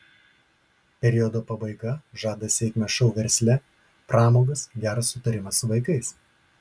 periodo pabaiga žada sėkmę šou versle pramogas gerą sutarimą su vaikais